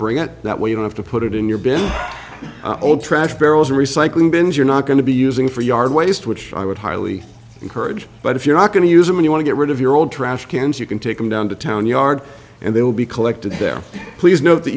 bring it that way you don't have to put it in your bin old trash barrels or recycling bins you're not going to be using for yard waste which i would highly encourage but if you're not going to use it many want to get rid of your old trash cans you can take them down to town yard and they will be collected there please note that